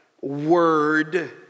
word